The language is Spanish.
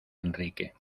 enrique